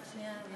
רק שנייה.